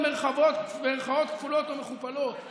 במירכאות כפולות ומכופלות.